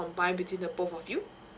combine between the both of you